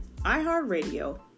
iHeartRadio